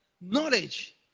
Knowledge